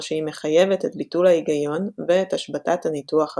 שהיא מחייבת את ביטול ההיגיון ואת השבתת הניתוח הביקורתי.